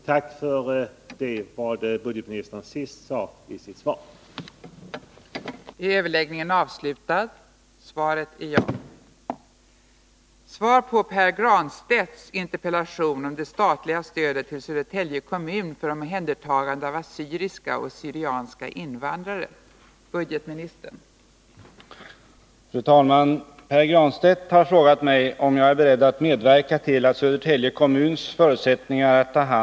Jag vill än en gång framföra ett tack för vad budgetministern sade sist i sitt inlägg nyss.